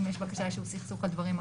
אם יש בקשה ליישוב סכסוך על דברים אחרים.